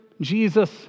jesus